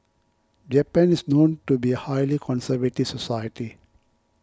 japan is known to be a highly conservative society